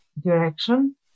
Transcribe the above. direction